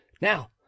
now